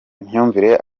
imyumvire